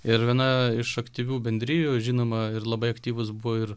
ir viena iš aktyvių bendrijų žinoma ir labai aktyvūs buvo ir